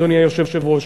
אדוני היושב-ראש,